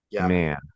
Man